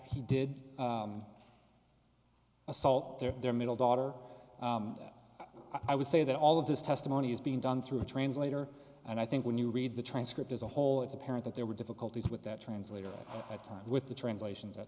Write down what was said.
he did assault their middle daughter i would say that all of this testimony is being done through a translator and i think when you read the transcript as a whole it's apparent that there were difficulties with that translator time with the translations at